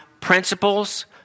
principles